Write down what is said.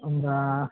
होनबा